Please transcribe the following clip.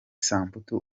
samputu